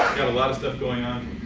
a lot of stuff going on.